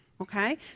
Okay